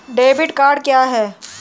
Debit card क्या है?